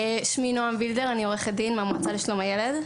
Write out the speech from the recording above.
אני עורכת דין מהמועצה לשלום הילד.